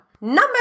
Number